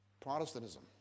Protestantism